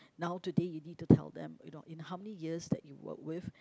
now today you need to tell them you know in how many years that you worked with